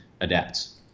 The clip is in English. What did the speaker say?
adapts